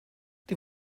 die